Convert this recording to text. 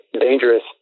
dangerous